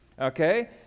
okay